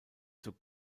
zur